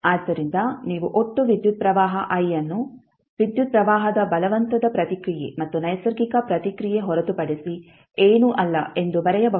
ಆದ್ದರಿಂದ ನೀವು ಒಟ್ಟು ವಿದ್ಯುತ್ ಪ್ರವಾಹ i ಅನ್ನು ವಿದ್ಯುತ್ ಪ್ರವಾಹದ ಬಲವಂತದ ಪ್ರತಿಕ್ರಿಯೆ ಮತ್ತು ನೈಸರ್ಗಿಕ ಪ್ರತಿಕ್ರಿಯೆ ಹೊರತುಪಡಿಸಿ ಏನೂ ಅಲ್ಲ ಎಂದು ಬರೆಯಬಹುದು